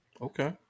Okay